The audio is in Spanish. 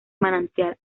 manantial